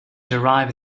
derive